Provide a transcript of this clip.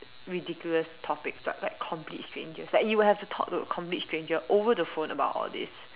ridiculous topics but like complete strangers like you would have to talk to a complete stranger over the phone about all these